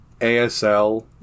ASL